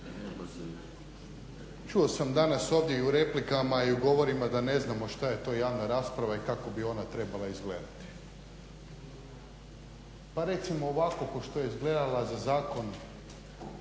Čuo sam danas ovdje i u replikama i u govorima da ne znamo što je to javna rasprava i kako bi ona trebala izgledati. Pa recimo ovako kao što je izgledala za Zakon